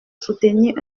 soutenir